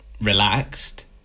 relaxed